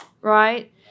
right